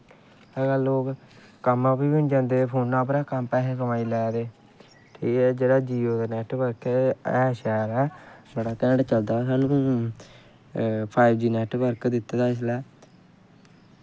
लोग हून कम्म पर बी नेईं जंदे फोना परा दा पैसे कमाई लै दे ठीक ऐ जेह्ड़ा जीयो दा नैटबर्क ऐ एह् है शैल ऐ बड़ा कैंड़ चलदा सानूं फाइव जी नैटवर्क दित्ता दा इसलै